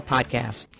Podcast